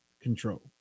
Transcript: control